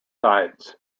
sides